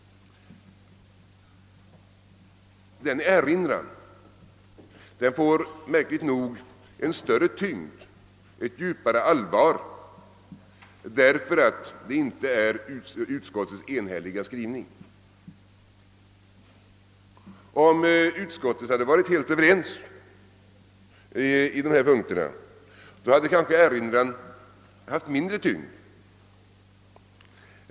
Den erinran får märkligt nog en större tyngd och ett djupare allvar därför att detta inte är utskottets enhälliga skrivning. Om utskottet hade varit helt överens i de här punkterna, hade kanske erinran haft mindre tyngd.